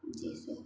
जी sir